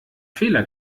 fehler